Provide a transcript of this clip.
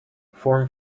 form